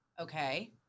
Okay